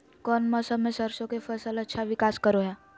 कौन मौसम मैं सरसों के फसल अच्छा विकास करो हय?